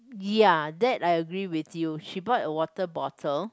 ya that I agree with you she bought a water bottle